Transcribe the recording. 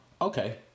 okay